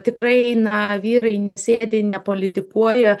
tikrai na vyrai nesėdi nepolitikuoja